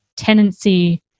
tenancy